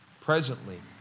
presently